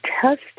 test